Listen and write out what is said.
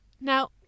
Now